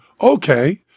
okay